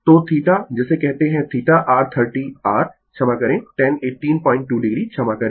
तो थीटा जिसे कहते है थीटा r 30 r क्षमा करें tan 182 o क्षमा करें